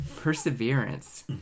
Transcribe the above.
perseverance